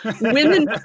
Women